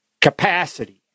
capacity